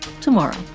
tomorrow